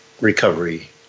recovery